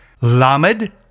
Lamed